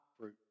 fruit